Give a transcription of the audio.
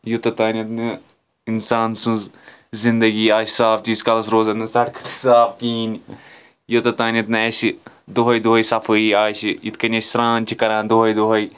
یوٚت تانۍ نہٕ اِنسان سٕنٛز زِنٛدگِی آسہِ صاف تیٖتِس کالَس روزَن نہٕ سَڑکہٕ تہِ صاف کِہیٖنٛۍ یوٚت تانۍ نہٕ اَسہِ دۄہَے دۄہَے صفایِی آسہِ یِتھٕ کِنۍ أسۍ سران چھِ کران دۄہَے دۄہَے